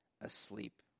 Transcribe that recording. asleep